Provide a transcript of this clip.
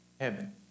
Heaven